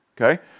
Okay